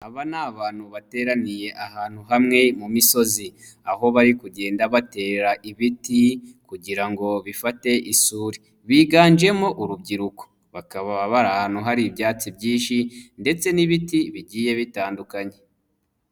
Aba ni abantu bateraniye ahantu hamwe mu misozi, aho bari kugenda batera ibiti kugira ngo bifate isuri, biganjemo urubyiruko, baka bari ahantu hari ibyatsi byinshi ndetse n'ibiti bigiye bitandukanye.